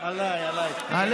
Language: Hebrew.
עליי, עליי.